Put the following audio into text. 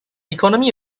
economy